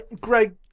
Greg